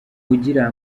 ugira